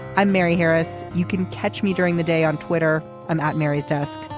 i'm mary harris. you can catch me during the day on twitter i'm at mary's desk.